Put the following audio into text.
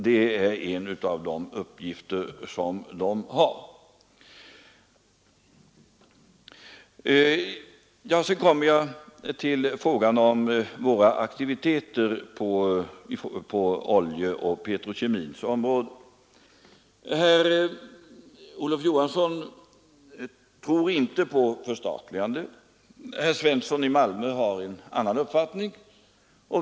Det är en av de uppgifter utredningen har. Så kommer jag till våra aktiviteter på oljans och petrokemins område. Herr Olof Johansson i Stockholm tror inte på ett förstatligande. Herr Svensson i Malmö har en annan uppfattning.